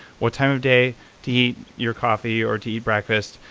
what time of day to eat your coffee or to eat breakfast,